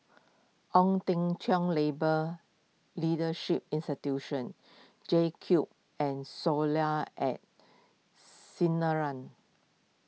Ong Teng Cheong Labour Leadership Institution J Cube and Soleil at Sinaran